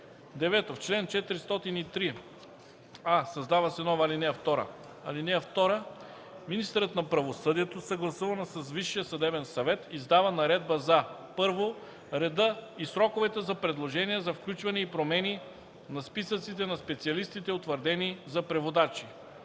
9. В чл. 403: а) създава се нова ал. 2: „(2) Министърът на правосъдието, съгласувано с Висшия съдебен съвет, издава наредба за: 1. реда и сроковете за предложения за включване и промени на списъците на специалистите, утвърдени за преводачи;